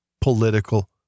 political